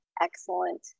excellent